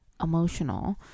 emotional